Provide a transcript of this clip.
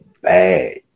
Bad